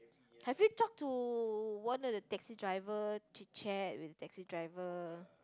have you talked to one of the taxi driver chit-chat with the taxi driver